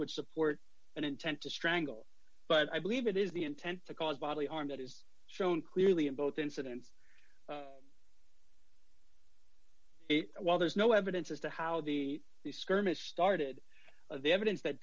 would support an intent to strangle but i believe it is the intent to cause bodily harm that is shown clearly in both incidents well there's no evidence as to how the the skirmish started the evidence that